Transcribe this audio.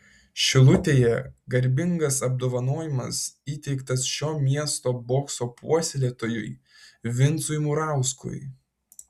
šilutėje garbingas apdovanojimas įteiktas šio miesto bokso puoselėtojui vincui murauskui